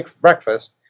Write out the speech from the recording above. breakfast